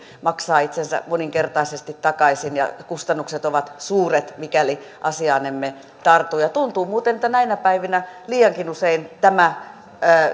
maksaa itsensä moninkertaisesti takaisin ja kustannukset ovat suuret mikäli asiaan emme tartu ja tuntuu muuten että näinä päivinä liiankin usein tämä